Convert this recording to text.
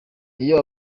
iyo